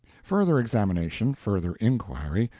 further examination, further inquiry,